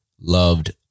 loved